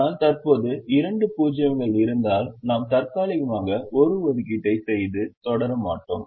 ஆனால் தற்போது இரண்டு 0 கள் இருந்தால் நாம் தற்காலிகமாக ஒரு ஒதுக்கீட்டை செய்து தொடர மாட்டோம்